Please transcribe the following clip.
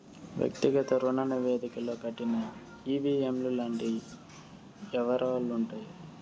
వ్యక్తిగత రుణ నివేదికలో కట్టిన ఈ.వీ.ఎం లు లాంటి యివరాలుంటాయి